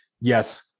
yes